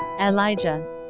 Elijah